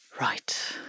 Right